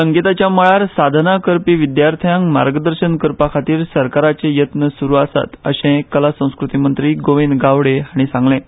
संगीताच्या मळार साधना करपी विद्यार्थ्यांक मार्गदर्शन करपा खातीर सरकाराचे येत्न सुरू आसात अशे कला संस्कृती मंत्री गोविंद गावडे हांणी सांगलें